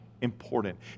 important